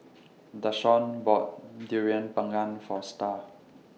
Dashawn bought Durian Pengat For STAR